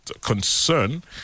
concern